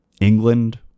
England